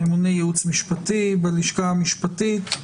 ממונה ייעוץ מהפשיט מהלשכה המשפטית,